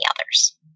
others